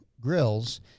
grills